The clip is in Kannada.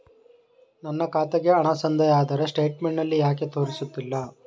ನನ್ನ ಖಾತೆಗೆ ಹಣ ಸಂದಾಯ ಆದರೆ ಸ್ಟೇಟ್ಮೆಂಟ್ ನಲ್ಲಿ ಯಾಕೆ ತೋರಿಸುತ್ತಿಲ್ಲ?